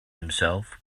himself